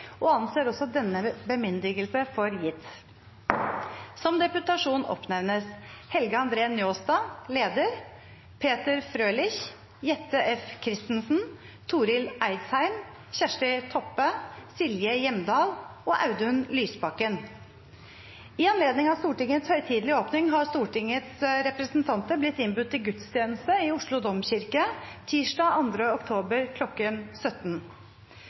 Denne bemyndigelse anses også for gitt. Som deputasjon oppnevnes representantene Helge André Njåstad, leder, Peter Frølich, Jette F. Christensen, Torill Eidsheim, Kjersti Toppe, Silje Hjemdal og Audun Lysbakken. I anledning av Stortingets høytidelige åpning har Stortingets representanter blitt innbudt til gudstjeneste i Oslo domkirke tirsdag 2. oktober kl. 17.